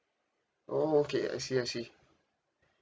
oh okay I see I see